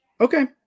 okay